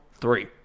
three